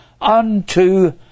unto